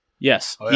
Yes